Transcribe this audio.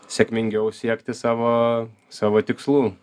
sėkmingiau siekti savo savo tikslų